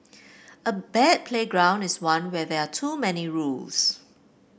a bad playground is one where there are too many rules